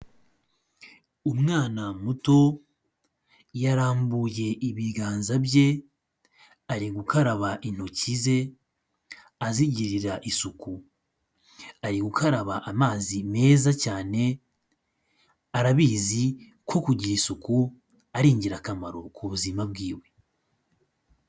Umwana muto yarambuye ibiganza bye ari gukaraba intoki ze azigirira isuku, ari gukaraba amazi meza cyane, arabizi ko kugira isuku ari ingirakamaro ku buzima bwiwe.